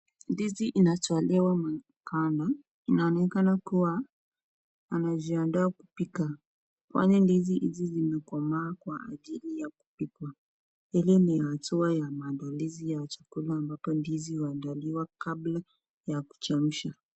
Ndizi inatolewa maganda .Inaonekana kuwa anajiandaa kupika, kwani ndizi hizi zimekoma kwa ajili ya kupikwa. Hili ni hatua ya maandalizi ya chakula ambapo ndizi huandaliwa kabla ya kuchemsha.